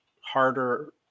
harder